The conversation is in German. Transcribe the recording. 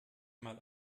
mal